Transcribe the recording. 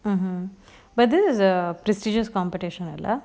mmhmm but this is a prestigious competition இல்ல:illa